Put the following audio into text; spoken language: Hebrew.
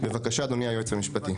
בבקשה אדוני היועץ המשפטי.